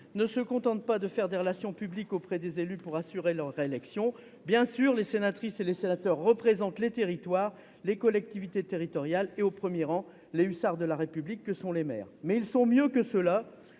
ne se contentent pas de faire des relations publiques auprès des élus pour assurer leur réélection. Bien sûr, les sénatrices et les sénateurs représentent les territoires et les collectivités territoriales, et, au premier rang, les hussards de la République que sont les maires. Mais ils sont mieux que cela